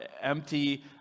empty